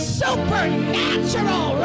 supernatural